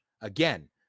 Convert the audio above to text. again